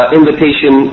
invitation